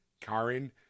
Karen